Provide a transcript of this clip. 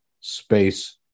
space